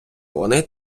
вони